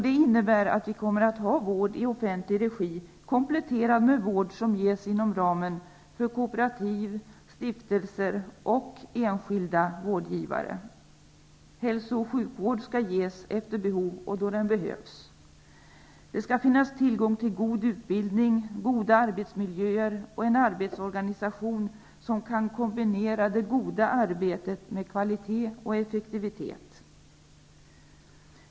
Det innebär att vi kommer att ha vård i offentlig regi kompletterad med vård som ges inom ramen för kooperativ, stiftelser och enskilda vårdgivare. Hälso och sjukvård skall ges efter behov och då den behövs. Det skall finnas tillgång till god utbildning, goda arbetsmiljöer och en arbetsorganisation som kan kombinera det goda arbetet med kvalitet och effektivitet.